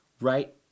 right